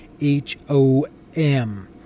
H-O-M